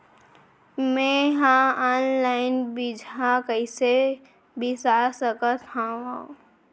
मे हा अनलाइन बीजहा कईसे बीसा सकत हाव